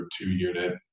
two-unit